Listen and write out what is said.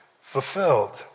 fulfilled